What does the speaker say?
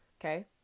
Okay